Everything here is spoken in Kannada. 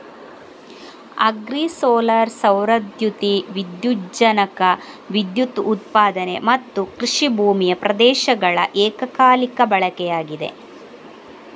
ಅಗ್ರಿ ಸೋಲಾರ್ ಸೌರ ದ್ಯುತಿ ವಿದ್ಯುಜ್ಜನಕ ವಿದ್ಯುತ್ ಉತ್ಪಾದನೆ ಮತ್ತುಕೃಷಿ ಭೂಮಿಯ ಪ್ರದೇಶಗಳ ಏಕಕಾಲಿಕ ಬಳಕೆಯಾಗಿದೆ